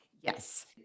yes